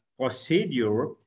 procedure